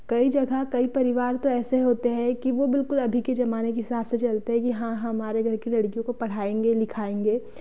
कई जगह कई परिवार तो ऐसे होते हैं कि वो बिलकुल अभी के जमाने के हिसाब से चलते हैं कि हाँ हमारे घर की लड़कियों को पढ़ाएँगे लिखाएँगे